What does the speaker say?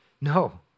No